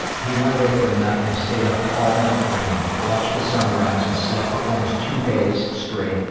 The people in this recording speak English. he went away for a night and i stayed up all night drinking, watched the sun rise, and slept for almost two days straight,